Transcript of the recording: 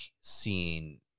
seeing